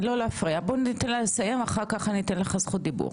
בוא ניתן לה לסיים ואחר כך אתן לך את זכות הדיבור.